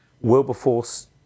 Wilberforce